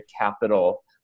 capital